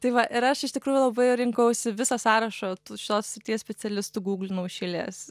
tai va ir aš iš tikrųjų labai rinkausi visą sąrašą tų šios srities specialistų guglinau iš eilės